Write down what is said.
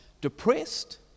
depressed